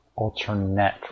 alternate